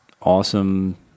awesome